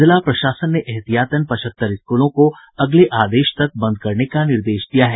जिला प्रशासन ने एहतियातन पचहत्तर स्कूलों को अगले आदेश तक बंद करने का निर्देश दिया है